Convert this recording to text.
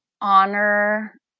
honor